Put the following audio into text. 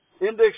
index